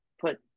put